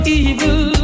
evil